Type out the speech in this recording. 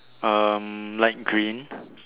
um light green